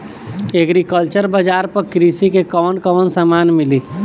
Agri बाजार पर कृषि के कवन कवन समान मिली?